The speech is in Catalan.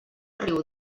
riu